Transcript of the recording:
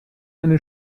eine